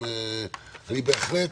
אני בהחלט